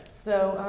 so,